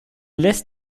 lässt